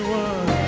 one